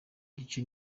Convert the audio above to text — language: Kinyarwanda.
igice